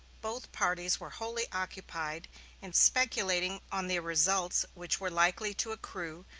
both parties were wholly occupied in speculating on the results which were likely to accrue,